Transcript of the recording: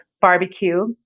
barbecue